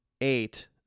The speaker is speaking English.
eight